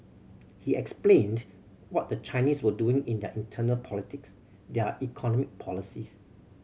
he explained what the Chinese were doing in their internal politics their economic policies